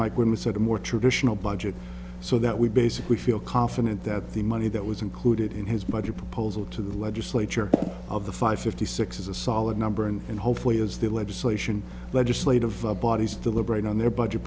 mike when we said a more traditional budget so that we basically feel confident that the money that was included in his budget proposal to the legislature of the five fifty six is a solid number and hopefully as the legislation legislative bodies deliberate on their budget